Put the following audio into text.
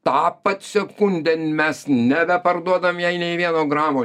tą pat sekundę mes nebeparduodam jai nei vieno gramo